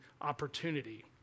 opportunity